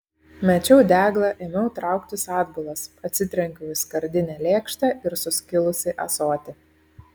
mečiau deglą ėmiau trauktis atbulas atsitrenkiau į skardinę lėkštę ir suskilusį ąsotį